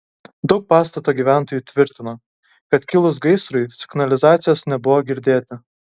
daug pastato gyventojų tvirtino kad kilus gaisrui signalizacijos nebuvo girdėti